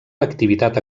l’activitat